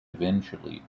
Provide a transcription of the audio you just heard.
eventually